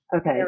Okay